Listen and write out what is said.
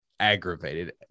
aggravated